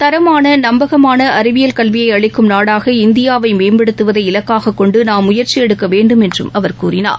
தரமான நம்பகமான அறிவியல் கல்வியை அளிக்கும் நாடாக இந்தியாவை மேம்படுத்துவதை இலக்காகொண்டு நாம் முயற்சி எடுக்க வேண்டும் என்று அவர் கூறினார்